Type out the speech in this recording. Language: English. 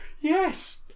Yes